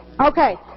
Okay